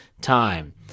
time